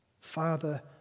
Father